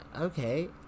okay